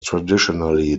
traditionally